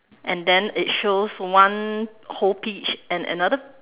and then it shows one whole peach and another